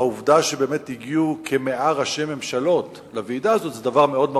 העובדה שבאמת הגיעו כ-100 ראשי ממשלות לוועידה הזאת זה דבר מאוד מרשים,